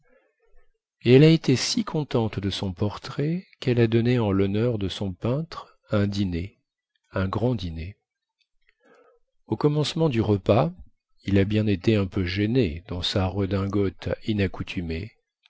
elle a été si contente de son portrait quelle a donné en lhonneur de son peintre un dîner un grand dîner au commencement du repas il a bien été un peu gêné dans sa redingote